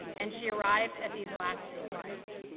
and she arrived at these last lines.